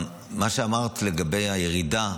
מה שאמרת לגבי הירידה,